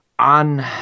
On